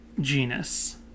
genus